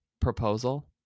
Proposal